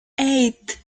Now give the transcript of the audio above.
eight